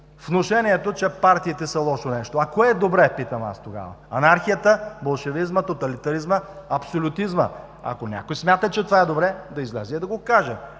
мнение, че партиите са лошо нещо. А кое е добре, питам тогава? Анархия, болшевизъм, тоталитаризъм, абсолютизъм? Ако някой смята, че това е добре, да излезе и да каже: